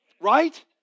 Right